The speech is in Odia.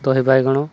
ତ ହେଇ ବାଇଗଣ